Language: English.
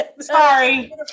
Sorry